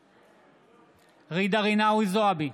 בעד ג'ידא רינאוי זועבי,